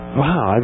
wow